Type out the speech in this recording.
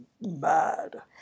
mad